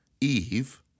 Eve